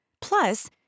Plus